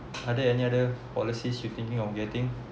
are there any other policies you thinking of getting